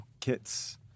kits